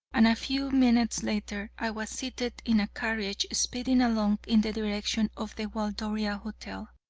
and a few minutes later. i was seated in a carriage speeding along in the direction of the waldoria hotel.